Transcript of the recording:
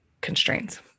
constraints